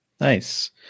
nice